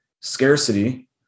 scarcity